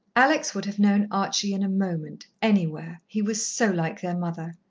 alex would have known archie in a moment, anywhere, he was so like their mother.